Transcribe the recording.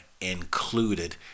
included